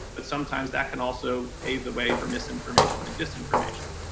but sometimes that can also pave the way for misinformation and disinformation.